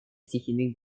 стихийных